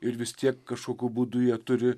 ir vis tiek kažkokiu būdu jie turi